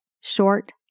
short